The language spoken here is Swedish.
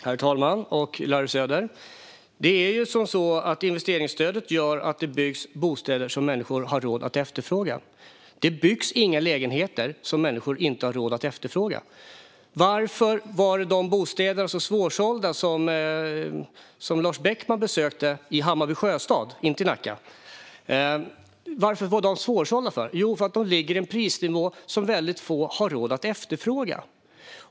Herr talman och Larry Söder! Investeringsstödet gör ju att det byggs bostäder som människor har råd att efterfråga. Det byggs inga lägenheter som människor inte har råd att efterfråga. Varför var de bostäder som Lars Beckman besökte i Hammarby Sjöstad - inte i Nacka - så svårsålda? Jo, de ligger på en prisnivå som väldigt få har råd att efterfråga.